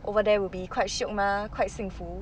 over there will be quite shiok mah quite 幸福